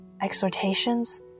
exhortations